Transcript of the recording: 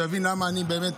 שיבין למה אני באמת,